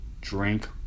drink